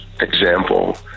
example